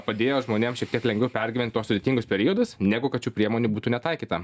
padėjo žmonėm šiek tiek lengviau pergyvent tuos sudėtingus periodus negu kad šių priemonių būtų netaikyta